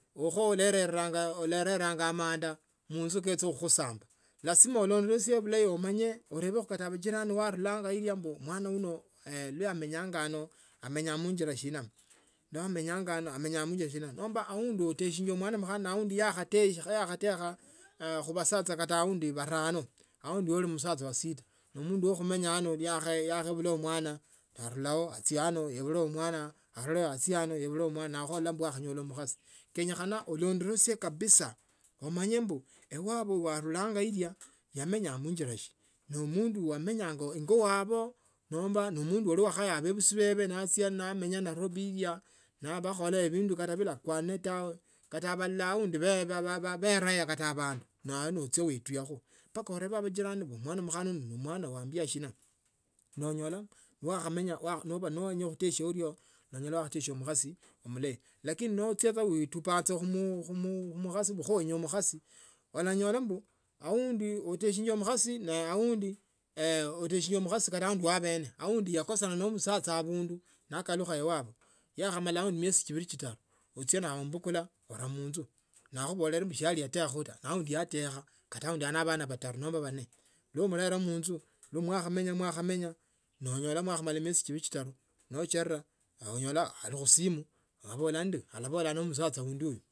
Chuche ulerenga amanda munzu kecha khukhusamba lasima ulondosie bulayi amanye urebekho kata jirani wanilanga ilyo mwana uno nemanyanga ano amenyenga khunjira shina, aundi khe yakhatekha khubasacha aundi barano aundi uli msacha wa sita ne mundu wa khumenya ano nekhaibula mwana nilao achia ano aibulao mwana anilao achie aundi aibule mwana nakhola mbu wakhanyola mkhasi kenyakhana ulondolosie kabisa umanye mbu iwabwe bwanulanga ilya bwamenya muinjila si nomundu yamenyanga ingo wabwe nomba ali mundu yakhaya bebisi bebe nachia namenya nairobi ilya nabe akhole kindu bilakwame tawe, kata abalala aundi beba berayo kata bandu nachia wituyakho mpaka unebekho majirani mwana mkhana yuno ne mwana waambia shina, nonyola wakhamenya, nowenya khutesia urio nonyola wa khutesia mkhasi mlayi lakini noocha uitupanga khu mukhasi kho wenya mkhasi olanyola mbu aundi uteshie mkashi aundi uteshiele mukhasi wa bene aundi utishele mukhaye wa bene aundi yakosana ne umusasha abundu nekalukha iwabwe yakhamalao imiesi chibili chitaru, nochia omubukula umura munzu naakhubola siyali yatekha taa na aundi yatekha ali nende bana bataru nomba banne, nomurela munzu mwakhamenya nonyola mwakhama miezi chibili chitaru nocherera nonyola khusimu abola nende wina abola nende omusacha undi uno.